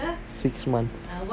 six months